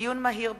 דיון מהיר בנושא: